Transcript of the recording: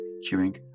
hearing